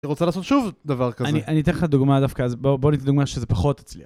אני רוצה לעשות שוב דבר כזה. אני אני אתן לך דוגמה דווקא, אז בוא נתן לך דוגמה שזה פחות הצליח.